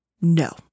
No